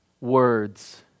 words